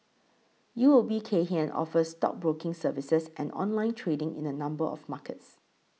U O B Kay Hian offers stockbroking services and online trading in a number of markets